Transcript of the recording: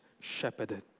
shepherded